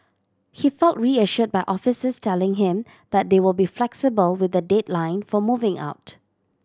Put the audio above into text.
he felt reassured by officers telling him that they will be flexible with the deadline for moving out